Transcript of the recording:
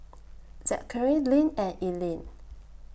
Zackary Linn and Eileen